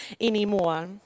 anymore